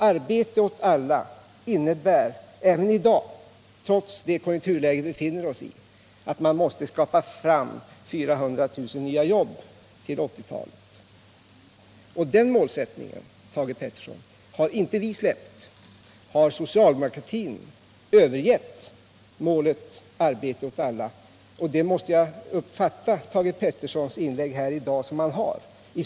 Arbete åt alla innebär även i dag — trots det konjunkturläge vi befinner oss i — att man måste skaffa fram 400 000 nya jobb till 1980-talet. Den målsättningen, Thage Peterson, har inte vi frångått. Har socialdemokratin övergivit målet arbete åt alla? Jag måste fatta Thage Petersons inlägg här i dag så att man har gjort det.